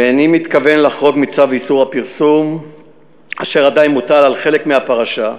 ואיני מתכוון לחרוג מצו איסור הפרסום אשר עדיין מוטל על חלק מהפרשה.